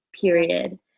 period